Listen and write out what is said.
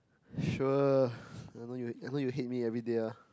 sure I know you I know you hate me everyday ah